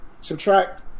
Subtract